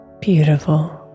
Beautiful